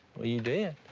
well, you did.